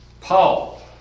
Paul